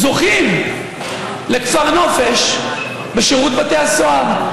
זוכים לכפר נופש בשירות בתי הסוהר.